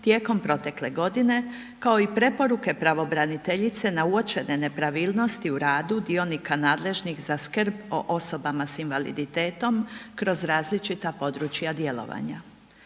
tijekom protekle godine, kao i preporuke pravobraniteljice na uočene nepravilnosti u radu dionika nadležnih za skrb o osobama s invaliditetom kroz različita područja djelovanja.